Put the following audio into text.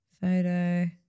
photo